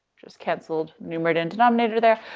just canceled numerator and denominator there.